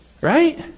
right